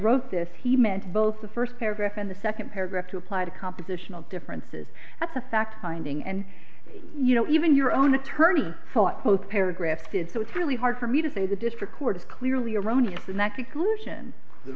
wrote this he meant both the first paragraph and the second paragraph to apply to compositional differences that's a fact finding and you know even your own attorney thought both paragraphs did so it's really hard for me to say the district court is clearly erroneous